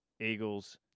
Eagles